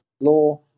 law